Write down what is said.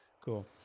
cool